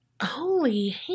Holy